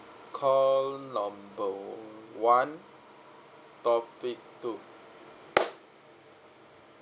call number one topic two